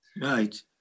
Right